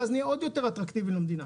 ואז נהיה עוד יותר אטרקטיביים לחברות במדינה.